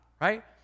right